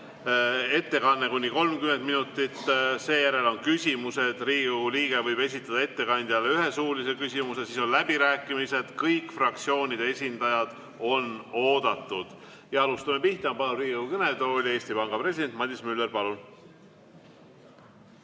ettekanne kuni 30 minutit. Seejärel on küsimused. Riigikogu liige võib esitada ettekandjale ühe suulise küsimuse. Siis on läbirääkimised, kõik fraktsioonide esindajad on oodatud. Ja alustame! Palun Riigikogu kõnetooli, Eesti Panga president Madis Müller! Meil